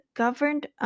governed